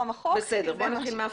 קצת.